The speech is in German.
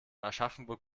aschaffenburg